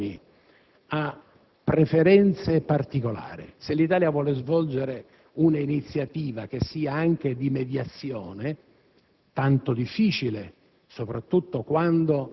con chiarezza di idee, senza abbandoni a preferenze particolari. Se l'Italia vuole assumere un'iniziativa che sia anche di mediazione,